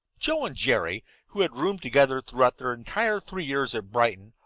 joe and jerry, who had roomed together throughout their entire three years at brighton,